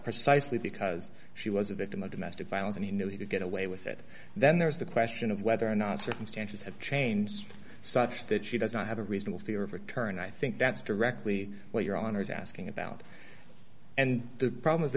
precisely because she was a victim of domestic violence and he knew he could get away with it then there's the question of whether or not circumstances have changed such that she does not have a reasonable fear of return i think that's directly what your honor is asking about and the problem is the